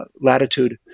latitude